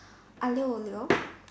Aglio-Olio